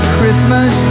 Christmas